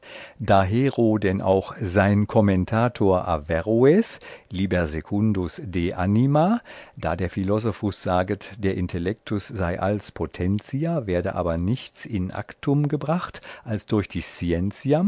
dahero dann auch sein kommen vero lieber secundus de anima da der philosophus saget der intellektus sei alls potentia werde aber nichts in actum gebracht als durch die